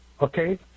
Okay